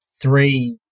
three